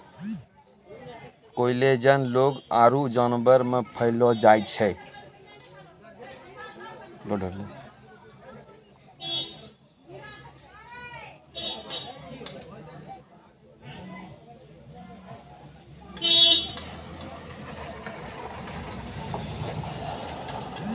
collagen लोग आरु जानवर मे पैलो जाय छै